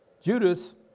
Judas